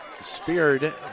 Speared